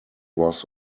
was